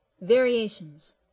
Variations